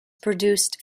produced